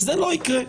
זה לא יקרה.